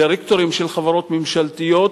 בדירקטוריונים של חברות ממשלתיות,